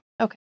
Okay